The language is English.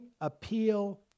appeal